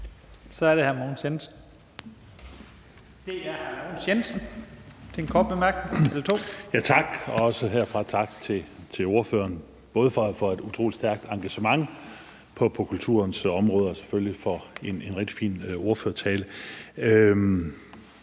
Så er det hr. Mogens Jensen med en kort bemærkning – eller to. Kl. 12:29 Mogens Jensen (S): Tak, og også herfra tak til ordføreren, både for et utrolig stærkt engagement på kulturens område og selvfølgelig for en rigtig fin ordførertale.